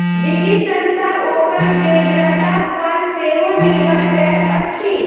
वित्तीय संस्था ओकर बेगरता पर सेहो निर्भर करैत अछि